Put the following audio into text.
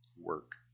work